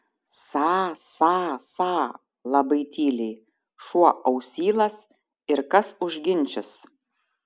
sa sa sa labai tyliai šuo ausylas ir kas užginčys